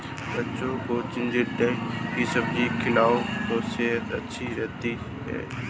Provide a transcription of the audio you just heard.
बच्ची को चिचिण्डा की सब्जी खिलाओ, सेहद अच्छी रहती है